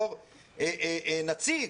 עת הגעתי כנציג,